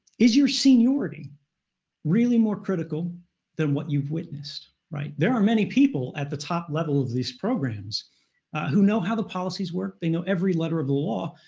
is your seniority really more critical than what you've witnessed. right? there are many people at the top level of these programs who know how the policies work. they know every letter of the law.